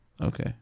Okay